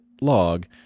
log